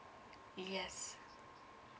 yes